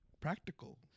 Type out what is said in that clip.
practical